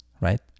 right